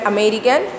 American